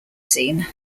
seen